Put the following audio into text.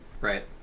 Right